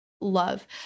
love